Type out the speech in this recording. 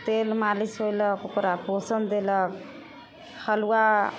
तेल मालिश भेलक ओकरा पोषण देलक हलुआ